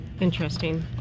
interesting